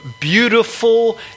beautiful